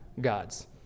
gods